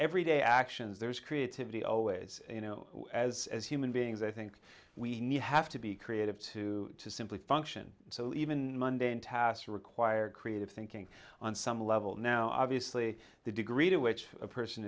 everyday actions there's creativity always you know as as human beings i think we need to have to be creative to simply function so even in tasks require creative thinking on some level now obviously the degree to which a person